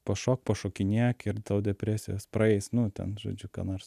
pašok pašokinėk ir tau depresijos praeis nu ten žodžiu ką nors